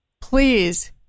please